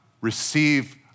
receive